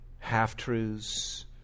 Half-truths